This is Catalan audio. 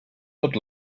tot